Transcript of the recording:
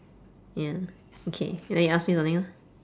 ya okay then you ask me something lor